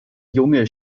junge